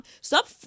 stop